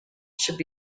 should